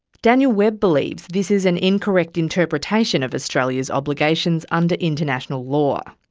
daniel webb believes this is an incorrect interpretation of australia's obligations under international law.